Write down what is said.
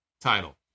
title